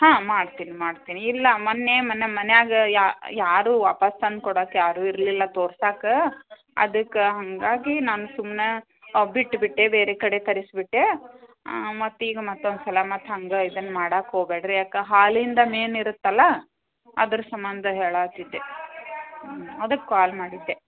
ಹಾಂ ಮಾಡ್ತೀನಿ ಮಾಡ್ತೀನಿ ಇಲ್ಲ ಮೊನ್ನೆ ಮೊನ್ನೆ ಮನೇಗೆ ಯಾರೂ ವಾಪಸ್ ತಂದು ಕೊಡಕ್ಕೆ ಯಾರೂ ಇರಲಿಲ್ಲ ತೋರ್ಸಕ್ಕೆ ಅದಕ್ಕೆ ಹಾಗಾಗಿ ನಾನು ಸುಮ್ನೆ ಬಿಟ್ಟುಬಿಟ್ಟೆ ಬೇರೆ ಕಡೆ ತರಿಸಿಬಿಟ್ಟೆ ಮತ್ತು ಈಗ ಮತ್ತೊಂದು ಸಲ ಮತ್ತೆ ಹಂಗೆ ಇದನ್ನು ಮಾಡಕ್ಕೆ ಹೋಗಬೇಡ್ರಿ ಯಾಕೆ ಹಾಲಿಂದು ಮೇನ್ ಇರುತ್ತಲ್ಲ ಅದ್ರ ಸಂಬಂಧ ಹೇಳುತಿದ್ದೆ ಅದಕ್ಕೆ ಕಾಲ್ ಮಾಡಿದ್ದೆ